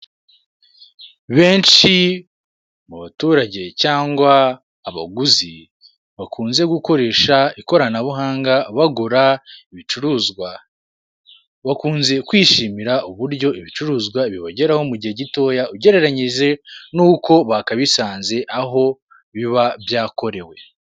Benshi mu baturage cyangwa abaguzi bakunze gukoresha ikoranabuhanga bagura ibicuruzwa, bakunze kwishimira uburyo ibicuruzwa bibageraho mu gihe gitoya ugereranyije n'uko bakabisanze aho biba byakorewe.